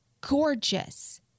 gorgeous